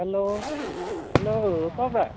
hello hello Rupa বা